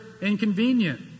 inconvenient